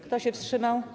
Kto się wstrzymał?